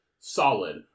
solid